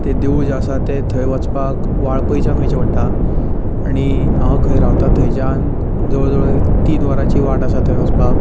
तें देवूळ जें आसा तें थंय वचपाक वाळपयच्यान वयचें पडटा आनी हांव खंय रावता थंयच्यान जवळ जवळ तीन वरांची वाट आसा थंय वचपाक